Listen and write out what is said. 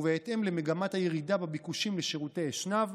ובהתאם למגמת הירידה בביקושים לשירותי אשנב,